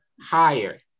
higher